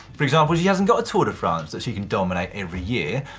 for example, she hasn't got a tour de france that she can dominate every year.